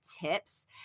tips